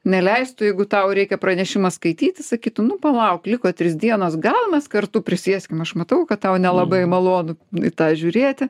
neleistų jeigu tau reikia pranešimą skaityti sakytų nu palauk liko trys dienos gal mes kartu prisėskim aš matau kad tau nelabai malonu į tą žiūrėti